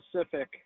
specific